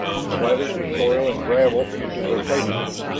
spatters of soil and gravel into their faces